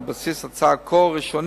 על בסיס הצעה כה ראשונית,